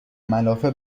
ملافه